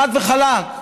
חד וחלק.